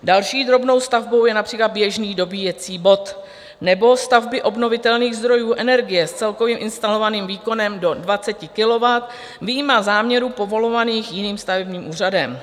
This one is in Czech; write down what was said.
Další drobnou stavbou je například běžný dobíjecí bod nebo stavby obnovitelných zdrojů energie s celkovým instalovaným výkonem do 20 kilowatt, vyjma záměru povolovaných jiným stavebním úřadem.